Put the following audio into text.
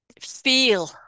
feel